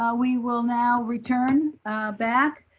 ah we will now return back.